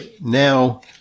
now